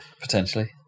potentially